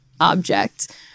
object